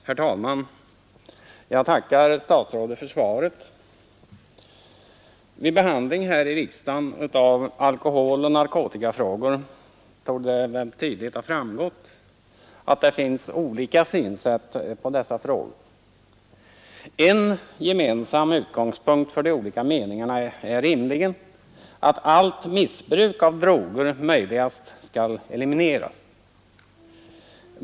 Herr talman! Jag tackar statsrådet för svaret. Vid behandling här i riksdagen av alkoholoch narkotikafrågor torde det tydligt ha framgått att det finns olika synsätt på frågorna. En gemensam utgångspunkt för de olika meningarna är rimligen att allt missbruk av droger såvitt möjligt skall elimineras.